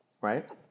right